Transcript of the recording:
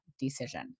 decision